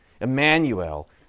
Emmanuel